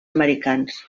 americans